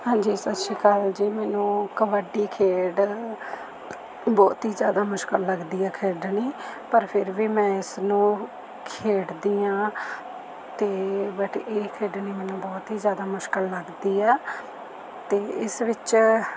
ਹਾਂਜੀ ਸਤਿ ਸ਼੍ਰੀ ਅਕਾਲ ਜੀ ਮੈਨੂੰ ਕਬੱਡੀ ਖੇਡ ਬਹੁਤ ਹੀ ਜ਼ਿਆਦਾ ਮੁਸ਼ਕਲ ਲੱਗਦੀ ਹੈ ਖੇਡਣੀ ਪਰ ਫਿਰ ਵੀ ਮੈਂ ਇਸਨੂੰ ਖੇਡਦੀ ਹਾਂ ਅਤੇ ਬੱਟ ਇਹ ਖੇਡਣੀ ਮੈਨੂੰ ਬਹੁਤ ਹੀ ਜ਼ਿਆਦਾ ਮੁਸ਼ਕਲ ਲੱਗਦੀ ਆ ਅਤੇ ਇਸ ਵਿੱਚ